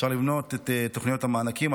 ואפשר למנות את תוכניות המענקים,